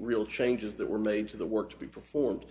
real changes that were made to the work to be performed